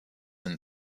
and